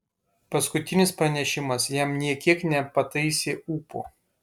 paskutinis pranešimas jam nė kiek nepataisė ūpo